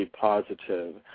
positive